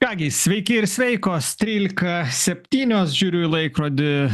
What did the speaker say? ką gi sveiki ir sveikos trylika septynios žiūriu į laikrodį